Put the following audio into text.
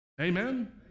Amen